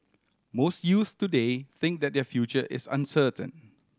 most youths today think that their future is uncertain